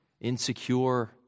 insecure